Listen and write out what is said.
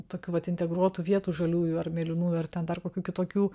tokių vat integruotų vietų žaliųjų ar mėlynųjų ar ten dar kokių kitokių